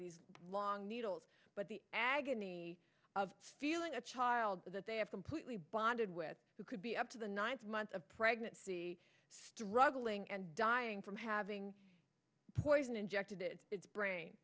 these long needles but the agony of feeling a child that they have completely bonded with who could be up to the ninth month of pregnancy struggling and dying from having poison injected it is brain